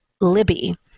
Libby